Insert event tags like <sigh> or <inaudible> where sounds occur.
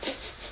<laughs>